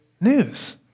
news